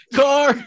car